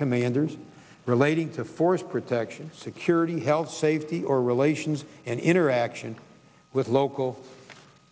commanders relating to force protection security health safety or relations and interaction with local